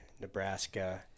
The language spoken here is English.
Nebraska